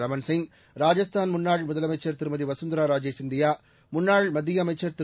ரமன்சிங் ராஜ்ஸ்தான் முன்னாள் முதலமைச்சர் திருமதி வசுந்தரா ராஜே சிந்தியா முன்னாள் மத்திய அமைச்சர் திரு